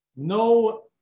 No